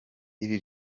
ibi